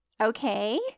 Okay